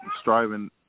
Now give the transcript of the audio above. striving